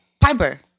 Piper